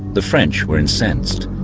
the french were incensed,